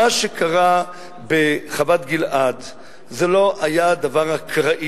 מה שקרה בחוות-גלעד לא היה דבר אקראי.